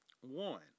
One